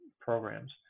programs